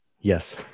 Yes